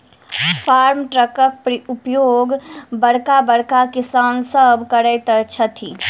farm ट्रकक उपयोग बड़का बड़का किसान सभ करैत छथि